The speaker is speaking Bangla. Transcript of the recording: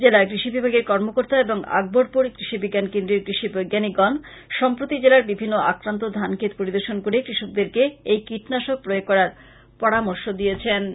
জেলা কৃষি বিভাগের কর্মকর্তা এবং আকবরপুর কৃষি বিজ্ঞান কেন্দ্রের কৃষি বৈজ্ঞানিকগন সম্প্রতি জেলার বিভিন্ন আক্রান্ত ধানক্ষেত পরিদর্শন করে কষকদেরকে এই কীটনাশক প্রয়োগ করার পরামর্শ দিয়েছেন